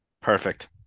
perfect